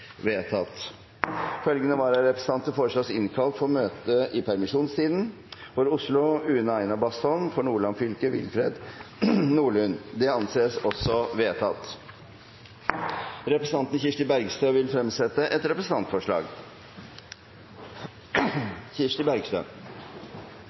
Følgende vararepresentanter innkalles for å møte i permisjonstiden: For Oslo: Une Aina BastholmFor Nordland fylke: Willfred Nordlund Representanten Kirsti Bergstø vil fremsette et representantforslag.